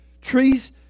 trees